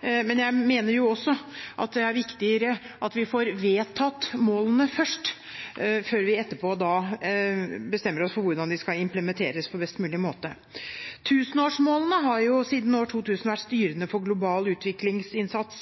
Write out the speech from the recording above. men jeg mener jo at det er viktigere at vi får vedtatt målene først, før vi etterpå bestemmer oss for hvordan de skal implementeres på best mulig måte. Tusenårsmålene har siden år 2000 vært styrende for global utviklingsinnsats.